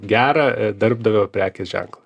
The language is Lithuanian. gerą darbdavio prekės ženklą